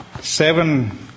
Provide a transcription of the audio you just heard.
seven